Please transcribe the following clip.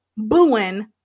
booing